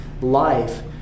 life